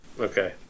Okay